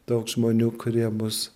daug žmonių kurie bus